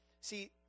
See